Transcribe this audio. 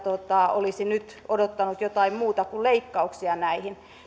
olisi nyt odottanut jotain muuta kuin leikkauksia näihin